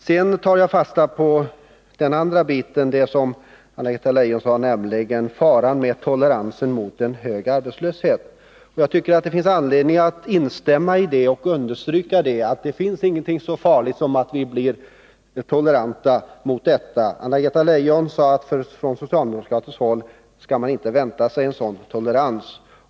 Sedan tar jag fasta på det andra som Anna-Greta Leijon talade om, nämligen faran med toleransen mot en hög arbetslöshet. Jag tycker det finns anledning att instämma i det och understryka att det finns ingenting så farligt som att vi blir toleranta mot detta. Anna-Greta Leijon sade att från socialdemokratiskt håll skall man inte vänta sig en sådan tolerans.